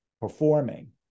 performing